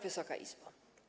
Wysoka Izbo!